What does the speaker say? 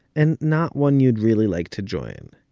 and not one you'd really like to join.